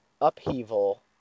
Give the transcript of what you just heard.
upheaval